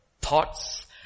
thoughts